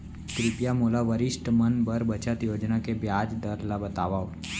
कृपया मोला वरिष्ठ मन बर बचत योजना के ब्याज दर ला बतावव